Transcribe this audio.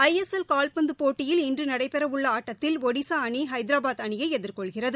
ISL கால்பந்துப் போட்டியில் இன்று நடைபெறவுள்ள ஆட்டத்தில் ஒடிசா அணி ஹைதராபாத் அணியை எதிர்கொள்கிறது